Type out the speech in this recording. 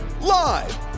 Live